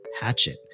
hatchet